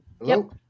Hello